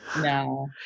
No